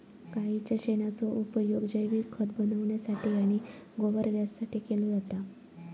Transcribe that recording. गाईच्या शेणाचो उपयोग जैविक खत बनवण्यासाठी आणि गोबर गॅससाठी केलो जाता